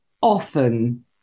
often